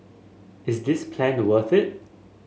is this plan to worth it